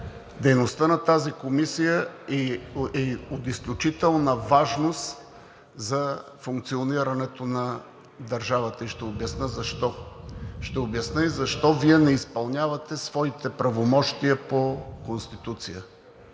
дейността на тази комисия е от изключителна важност за функционирането на държавата. Ще обясня защо. Ще обясня и защо Вие не изпълнявате своите правомощия по Конституция.